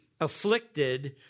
afflicted